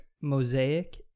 mosaic